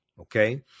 Okay